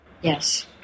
Yes